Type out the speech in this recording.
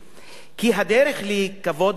כי הדרך היא כבוד, חמלה ורחמנות.